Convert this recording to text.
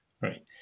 Right